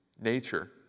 nature